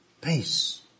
peace